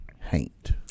Haint